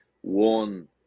one